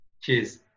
Cheers